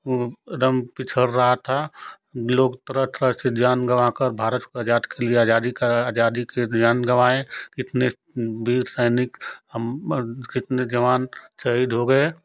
वह रम पिछड़ रहा था लोग तरह तरह से जान गवां कर भारत को आज़ाद कर लिया जाता आज़ादी कराने आज़ादी की बिना जान गवांएँ कितने वीर सैनिक हम कितने जवान शहीद हो गए